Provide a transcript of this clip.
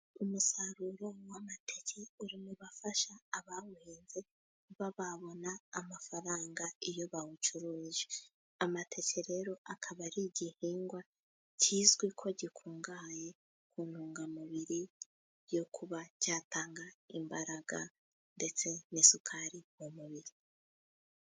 Umusaruro w'amateke uri mu bifasha abawuhinze kuba babona amafaranga iyo bawucuruje. Amateke rero akaba ari igihingwa kizwi ko gikungahaye ku ntungamubiri, yo kuba cyatanga imbaraga ndetse n'isukari mu mubiri.